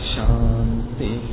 Shanti